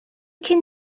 cyn